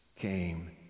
Came